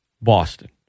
Boston